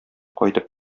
кайтып